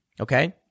Okay